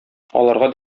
аларга